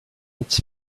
its